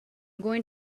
going